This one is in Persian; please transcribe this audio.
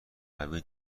قوی